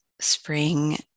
spring